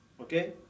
Okay